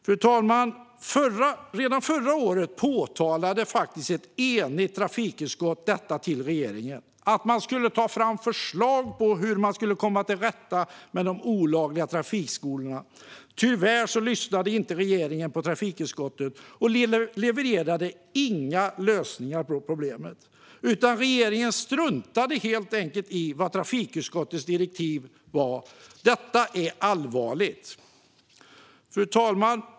Fru talman! Redan förra året tillkännagav ett enigt trafikutskott för regeringen att man skulle ta fram förslag på hur det går att komma till rätta med de olagliga trafikskolorna. Tyvärr lyssnade inte regeringen på trafikutskottet och levererade inga lösningar på problemet. Regeringen struntade helt enkelt i trafikutskottets direktiv. Detta är allvarligt.